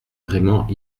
vraiment